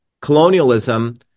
colonialism